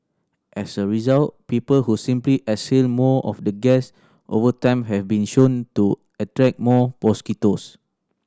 as a result people who simply exhale more of the gas over time have been shown to attract more mosquitoes